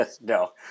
No